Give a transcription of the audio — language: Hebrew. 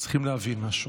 צריכים להבין משהו.